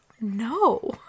no